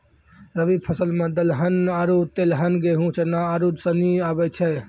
रवि फसल मे दलहन आरु तेलहन गेहूँ, चना आरू सनी आबै छै